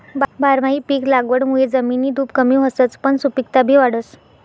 बारमाही पिक लागवडमुये जमिननी धुप कमी व्हसच पन सुपिकता बी वाढस